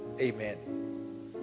Amen